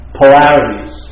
polarities